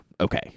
okay